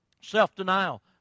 self-denial